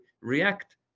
react